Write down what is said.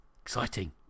exciting